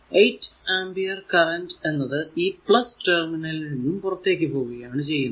8 ampere current എന്നത് ഈ terminal ൽ നിന്നും പുറത്തേക്കു പോകുകയാണ് ചെയ്യുന്നത്